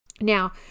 Now